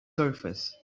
surface